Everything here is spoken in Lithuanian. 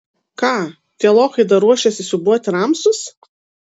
ką tie lochai dar ruošiasi siūbuoti ramsus